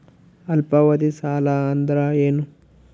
ಅಲ್ಪಾವಧಿ ಸಾಲ ಅಂದ್ರ ಏನು?